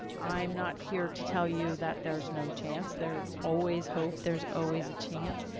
i'm not here to tell you that there's no chance. there's always hope. there's always a chance.